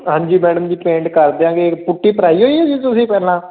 ਹਾਂਜੀ ਮੈਡਮ ਜੀ ਪੇਂਟ ਕਰ ਦਿਆਂਗੇ ਪੁੱਟੀ ਭਰਾਈ ਹੋਈ ਜੀ ਤੁਸੀਂ ਪਹਿਲਾਂ